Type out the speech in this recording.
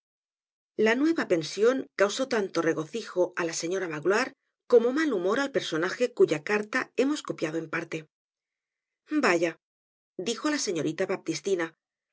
la nueva pension causó tanto regocijo á la señora magloire como mal humor al personaje cuya carta hemos copiado en parte vaya dijo á la señorita